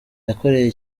yakoreye